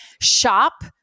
shop